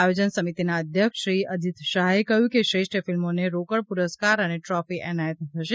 આયોજન સમિતિના અધ્યક્ષ શ્રી અજીત શાહે કહ્યુ કે શ્રેષ્ઠ ફિલ્મોને રોકડ પુરસ્કાર અને ટ્રોફી એનાયત થશે